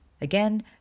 Again